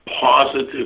positive